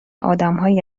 آدمهایی